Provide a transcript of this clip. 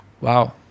Wow